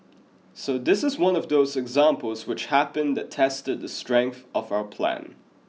so this is one of those examples which happen that tested the strength of our plan